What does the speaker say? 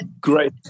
great